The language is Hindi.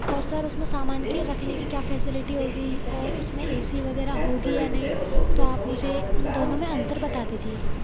और सर उसमें सामान की रखने की क्या फैसिलिटी होगी और उसमें ए सी वगैरह होगी या नहीं तो आप मुझे उन दोनों में अंतर बता दीजिए